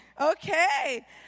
Okay